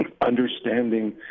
understanding